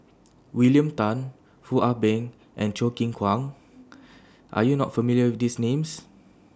William Tan Foo Ah Bee and Choo Keng Kwang Are YOU not familiar with These Names